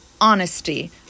honesty